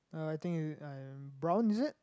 uh I think brown is it